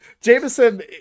Jameson